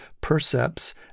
percepts